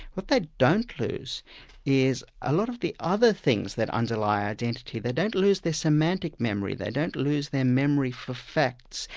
what they don't lose is a lot of the other things that underlie identity. they don't lose their semantic memory, they don't lose their memory for facts,